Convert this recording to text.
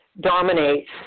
Dominates